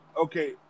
Okay